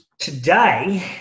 Today